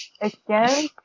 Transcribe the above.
again